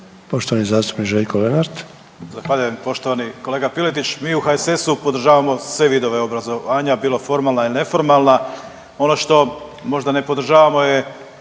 poštovani zastupnik Željko Lenart.